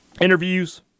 interviews